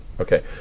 Okay